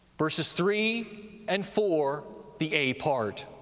verses three and four, the a part,